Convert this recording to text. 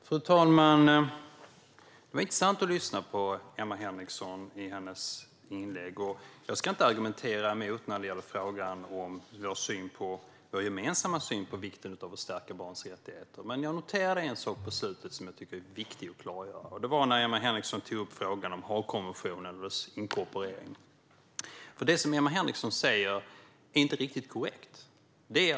Fru talman! Det var intressant att lyssna på Emma Henrikssons inlägg. Jag ska inte argumentera emot vår gemensamma syn på vikten av att stärka barns rättigheter. Jag noterade dock en sak på slutet som jag tycker är viktig att klargöra. Emma Henriksson tog upp frågan om Haagkonventionens inkorporering, och det hon sa är inte helt korrekt.